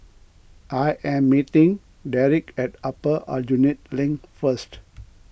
I am meeting Derik at Upper Aljunied Link first